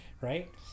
right